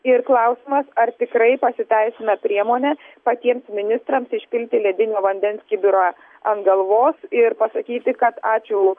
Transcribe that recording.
ir klausimas ar tikrai pasiteisina priemonės patiems ministrams išpilti ledinio vandens kibirą ant galvos ir pasakyti kad ačiū